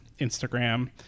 Instagram